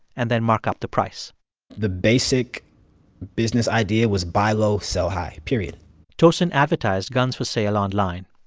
and then mark up the price the basic business idea was buy low sell high period tosin advertised guns for sale online.